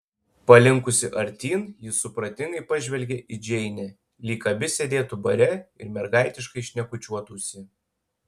palinkusi artyn ji supratingai pažvelgė į džeinę lyg abi sėdėtų bare ir mergaitiškai šnekučiuotųsi